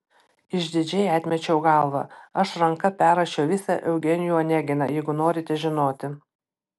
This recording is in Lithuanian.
išdidžiai atmečiau galvą aš ranka perrašiau visą eugenijų oneginą jeigu norite žinoti